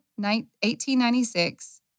1896